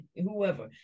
whoever